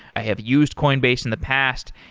i have used coinbase in the past.